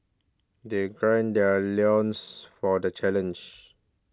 they gird their loins for the challenge